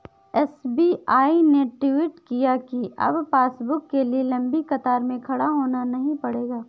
SBI ने tweet किया कि अब पासबुक के लिए लंबी कतार में खड़ा नहीं होना पड़ेगा